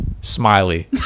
smiley